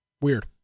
Weird